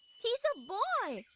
he's a boy!